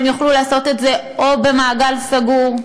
הם יוכלו לעשות את זה או במעגל סגור,